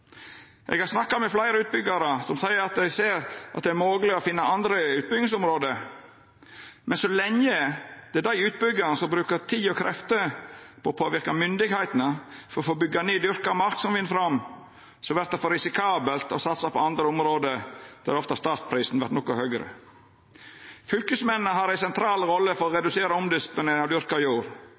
Eg har snakka med fleire utbyggjarar som seier at dei ser at det er mogleg å finna andre utbyggingsområde, men så lenge det er dei utbyggjarane som brukar tid og krefter på å påverka myndigheitene for å få bygd ned dyrka mark, som vinn fram, vert det for risikabelt å satsa på andre område, der ofte startprisen vert noko høgare. Fylkesmennene har ei sentral rolle når det gjeld å redusera omdisponeringa av dyrka jord.